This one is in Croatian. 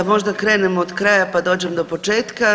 Da možda krenem od kraja pa dođem do početka.